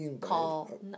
call